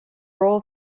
roll